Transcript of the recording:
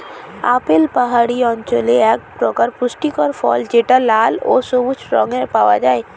apple পাহাড়ি অঞ্চলের একপ্রকার পুষ্টিকর ফল যেটা লাল এবং সবুজ রঙে পাওয়া যায়